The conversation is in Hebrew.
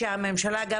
שהממשלה גם,